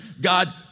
God